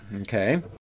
Okay